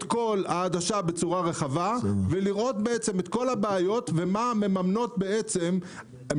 כל העדשה בצורה רחבה ולראות את כל הבעיות ומחיר החלפים,